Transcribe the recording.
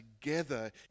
together